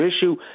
issue